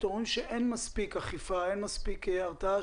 והם אומרים שאין מספיק אכיפה ואין מספיק הרתעה.